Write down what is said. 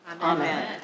Amen